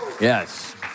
Yes